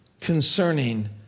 concerning